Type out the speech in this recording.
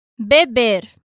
Beber